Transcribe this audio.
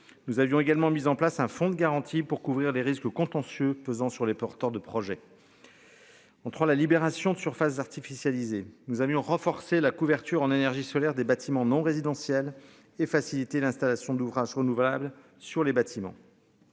Nous avions également mis en place un fonds de garantie pour couvrir les risques contentieux pesant sur les porteurs de projets. On prend la libération de surfaces artificialisées nous avions renforcé la couverture en énergie solaire des bâtiments non résidentiels et faciliter l'installation d'ouvrages renouvelables sur les bâtiments.